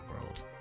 world